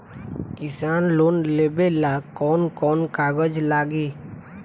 किसान लोन लेबे ला कौन कौन कागज लागि?